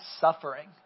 suffering